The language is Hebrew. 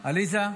עליזה?